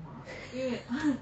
my